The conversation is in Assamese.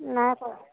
নাই কৰা